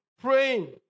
praying